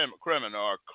criminal